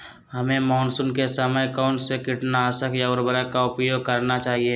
हमें मानसून के समय कौन से किटनाशक या उर्वरक का उपयोग करना चाहिए?